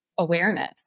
Awareness